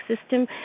system